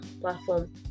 platform